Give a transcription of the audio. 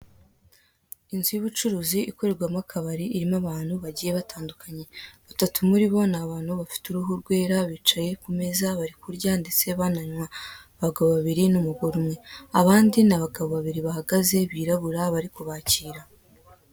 Inzu y'ubucuruzi ikorerwamo akabari, irimo abantu bagiye batandukanye, batatu muri bo ni abantu bafite uruhu rwera, bicaye ku meza bari kurya ndetse bananywa, abagabo babiri ndetse n'umugore umwe, abandi ni abagabo babiri bahagaze birabura bari kubakira.